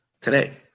today